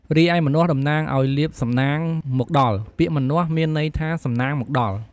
រីឯម្នាស់តំណាងឱ្យ លាភសំណាងមកដល់ ពាក្យ "ម្នាស់" មានន័យថា "សំណាងមកដល់"។